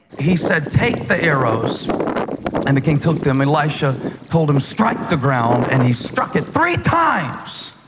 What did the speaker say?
he said, take the arrows and the king took them. elisha told him, strike the ground and he struck it three times,